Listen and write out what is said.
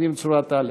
יודעים צורת א'